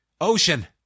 Ocean